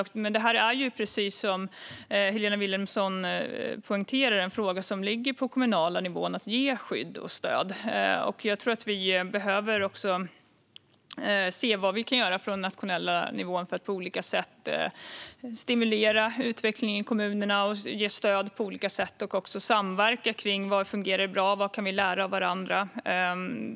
Men att ge skydd och stöd är, precis som Helena Vilhelmsson poängterar, en fråga som ligger på den kommunala nivån. Jag tror därför att vi också behöver se vad vi kan göra på den nationella nivån för att på olika sätt stimulera utvecklingen i kommunerna, ge stöd på olika sätt och också samverka kring vad som fungerar bra och vad vi kan lära av varandra.